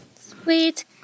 Sweet